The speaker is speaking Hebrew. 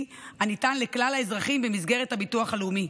הניתן לכלל האזרחים במסגרת הביטוח הלאומי.